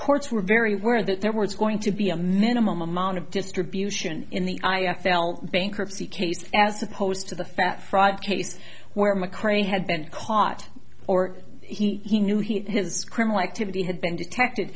courts were very worried that there was going to be a minimum amount of distribution in the i felt bankruptcy case as opposed to the fat fraud case where mcrae had been caught or he knew he his criminal activity had been detected